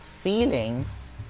feelings